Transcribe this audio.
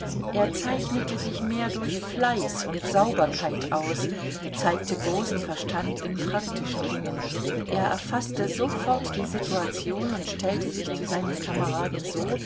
er zeichnete sich mehr durch fleiß und sauberkeit aus zeigte großen verstand in praktischen dingen er erfaßte sofort die situation und stellte sich zu seinen kameraden so